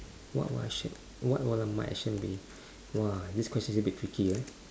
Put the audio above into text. !wah! !wah! shit what what are my action be !wah! this question's a bit tricky ah